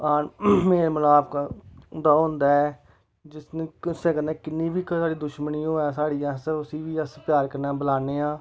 मलाप बधांदा ऐ जिस दिन किसे कन्नै कि'न्नी बी दुश्मनी होऐ साढ़ी अस उसी प्यार कन्नै बलान्ने आं